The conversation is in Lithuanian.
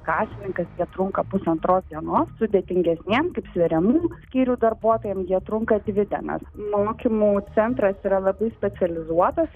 kasininkas tetrunka pusantros dienos sudėtingesniem kaip sveriamų skyrių darbuotojam jie trunka dvi dienas mokymų centras yra labai specializuotas